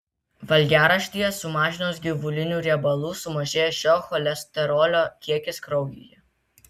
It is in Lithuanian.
valgiaraštyje sumažinus gyvulinių riebalų sumažėja šio cholesterolio kiekis kraujyje